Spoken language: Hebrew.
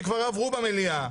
שכבר עברו במליאה,